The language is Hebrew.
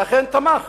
שאכן תמך